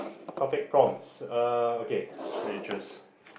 topic prompts ah okay let you choose